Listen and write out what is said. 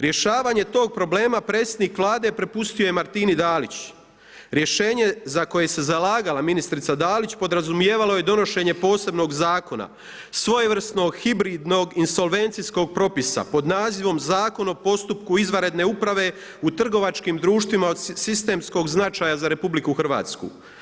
Rješavanje tog problema predsjednik Vlade prepustio je Martini Dalić, rješenje za koje se zalagala ministrica Dalić podrazumijevala je donošenje posebnog zakona svojevrsnog hibridnog, insolvencijskog propisa pod nazivom Zakon o postupku izvanredne uprave u trgovačkim društvima od sistemskog značaja za RH.